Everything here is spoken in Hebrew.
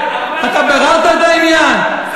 אתה ביררת את העניין?